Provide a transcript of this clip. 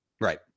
Right